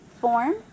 form